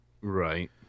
right